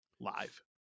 live